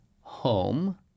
home